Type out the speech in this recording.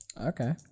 Okay